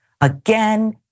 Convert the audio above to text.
again